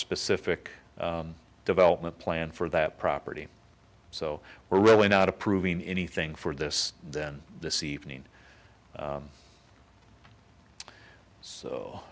specific development plan for that property so we're really not approving anything for this then this evening